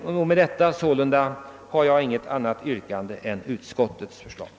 Herr talman! Med detta ber jag att få yrka bifall till utskottets hemställan.